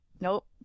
Nope